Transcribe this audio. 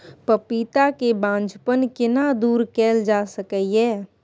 पपीता के बांझपन केना दूर कैल जा सकै ये?